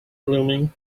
blooming